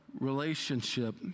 relationship